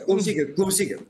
klausykit klausykit